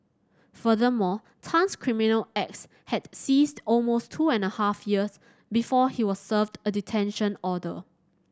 furthermore Tan's criminal acts had ceased almost two and a half years before he was served a detention order